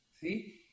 see